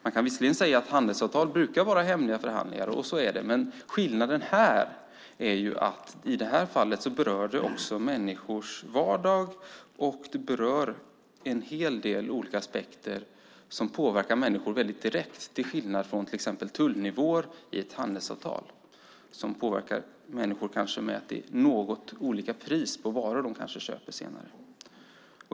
Man kan visserligen säga att handelsavtal brukar göras upp i hemliga förhandlingar, men skillnaden är att detta också berör människors vardag och berör en hel del olika aspekter som påverkar människor direkt, till skillnad från till exempel tullnivåer i ett handelsavtal som kanske påverkar människor med olika pris på varor de köper.